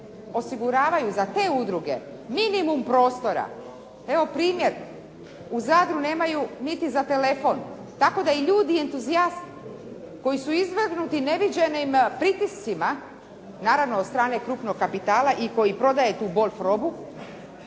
osiguravaju za te udruge minimum prostora. Evo primjer. U Zadru nemaju niti za telefon tako da i ljudi entuzijasti koji su izvrgnuti neviđenim pritiscima naravno od strane krupnog kapitala i koji prodaje tu bol probu